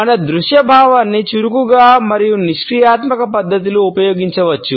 మన దృశ్య భావాన్ని చురుకుగా మరియు నిష్క్రియాత్మక పద్ధతిలో ఉపయోగించవచ్చు